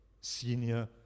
senior